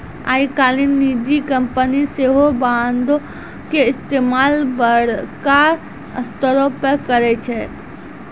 आइ काल्हि निजी कंपनी सेहो बांडो के इस्तेमाल बड़का स्तरो पे करै छै